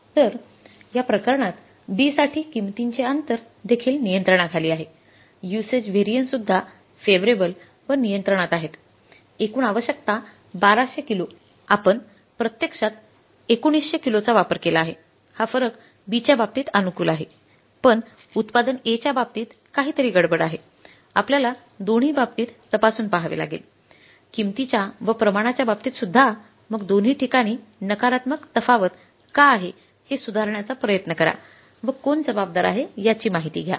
तर या प्रकरणात B साठी किंमतींचे अंतर देखील नियंत्रणाखाली आहे युसेज व्हॅरियन्ससुद्धा फेव्हरेबल व नियंत्रणात आहेत एकूण आवश्यकता १२०० किलो आपण प्रत्यक्षात १९००किलोचा वापर केला आहे हा फरक B च्या बाबतीत अनुकूल आहे पण उत्पादन A च्या बाबतीत काहीतरी गडबड आहेआपल्याला दोन्ही बाबतीत तपासून पाहावे लागेलकिमतीच्या व प्रमाणाच्या बाबतीत सुद्धा मग दोन्ही ठिकाणी नकारात्मक तफावत का आहे हे सुधारण्याचा प्रयत्न करा व कोण जबाबदार आहे याची माहिती घ्या